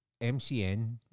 MCN